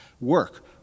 Work